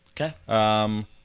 Okay